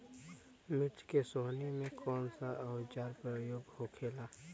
मिर्च के सोहनी में कौन सा औजार के प्रयोग होखेला?